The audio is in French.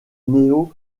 néo